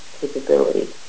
capability